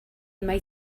mai